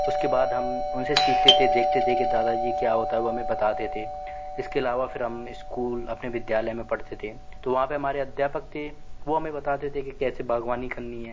उसके बाद हम उन से सीखते थे देखते थे कि दादा जी ये क्या होता है वो हमें बताते थे इसके अलावा फिर हम इस्कूल अपने विद्यालय में पढ़ते थे तो वहाँ पर हमारे अध्यापक थे वो हमें बताते थे कि कैसे बाग़बानी करनी है